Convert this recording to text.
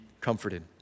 comforted